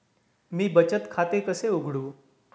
मी बचत खाते कसे उघडू?